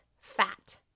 fat